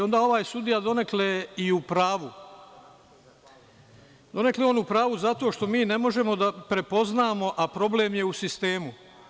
Onda je ovaj sudija donekle u pravu zato što mi ne možemo da prepoznamo, a problem je u sistemu.